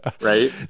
right